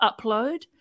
Upload